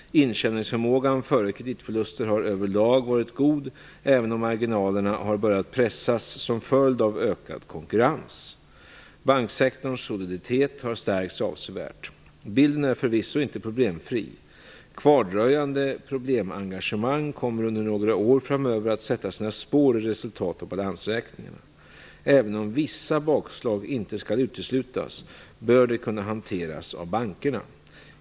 Intjäningsförmågan före kreditförluster har över lag varit god även om marginalerna har börjat pressas som följd av ökad konkurrens. Banksektorns soliditet har stärkts avsevärt. Bilden är förvisso inte problemfri. Kvardröjande problemengagemang kommer under några år framöver att sätta sina spår i resultat och balansräkningarna. Även om vissa bakslag inte skall uteslutas bör de kunna hanteras av bankerna.